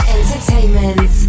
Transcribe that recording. Entertainment